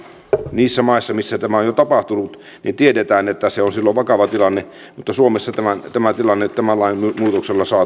niissä maissa missä tämä on jo tapahtunut tiedetään että se on silloin vakava tilanne kun tällainen tilanne tulee eteen mutta suomessa tämä tilanne tämän lain muutoksella